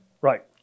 Right